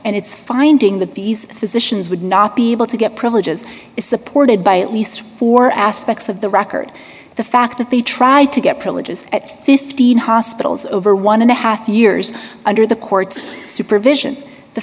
and it's finding the b s physicians would not be able to get privileges is supported by at least four aspects of the record the fact that they tried to get privileges at fifteen hospitals over one and a half years under the court's supervision the